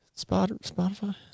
Spotify